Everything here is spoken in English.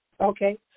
Okay